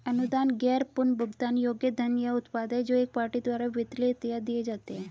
अनुदान गैर पुनर्भुगतान योग्य धन या उत्पाद हैं जो एक पार्टी द्वारा वितरित या दिए जाते हैं